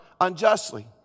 unjustly